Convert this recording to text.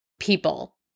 people